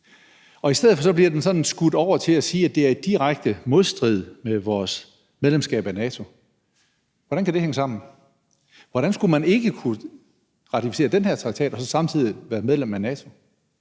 I stedet for bliver det gjort til, at det er i direkte modstrid med vores medlemskab af NATO. Hvordan kan det hænge sammen? Hvordan skulle man ikke kunne ratificere den her traktat og så samtidig være medlem af NATO?